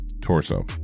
torso